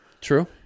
True